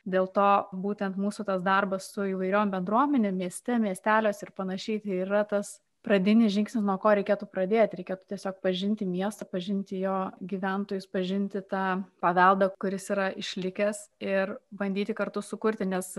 dėl to būtent mūsų tas darbas su įvairiom bendruomenėm mieste miesteliuose ir panašiai tai yra tas pradinis žingsnis nuo ko reikėtų pradėti reikėtų tiesiog pažinti miestą pažinti jo gyventojus pažinti tą paveldą kuris yra išlikęs ir bandyti kartu sukurti nes